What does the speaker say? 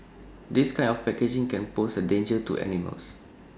this kind of packaging can pose A danger to animals